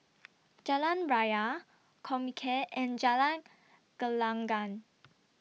Jalan Raya Comcare and Jalan Gelenggang